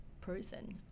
person